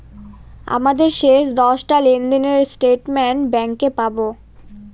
আমাদের শেষ দশটা লেনদেনের স্টেটমেন্ট ব্যাঙ্কে পাবো